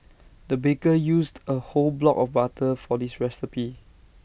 the baker used A whole block of butter for this recipe